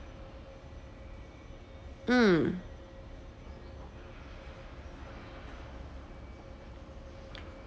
mm